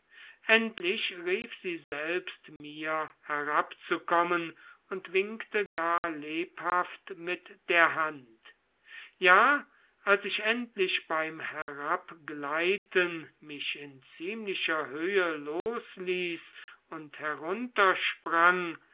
endlich rief sie selbst mir herabzukommen und winkte gar lebhaft mit der hand ja als ich endlich beim herabgleiten mich in ziemlicher höhe losließ und